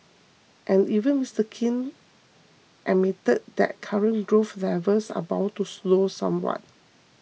and even Mister King admitted that current growth levels are bound to slow somewhat